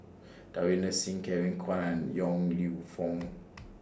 Davinder Singh Kevin Kwan and Yong Lew Foong